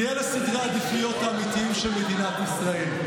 כי אלה סדרי העדיפויות האמיתיים של מדינת ישראל.